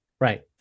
Right